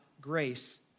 grace